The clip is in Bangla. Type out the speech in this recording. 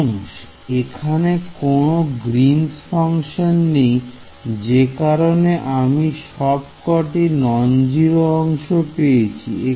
এবং এখানে কোন গ্রীনস ফাংশন নেই যে কারণে আমি সব কটি নন জিরো অংশ পেয়েছি